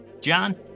John